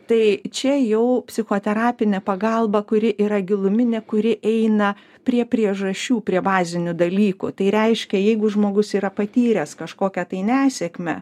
tai čia jau psichoterapinė pagalba kuri yra giluminė kuri eina prie priežasčių prie bazinių dalykų tai reiškia jeigu žmogus yra patyręs kažkokią tai nesėkmę